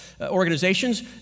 organizations